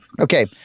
Okay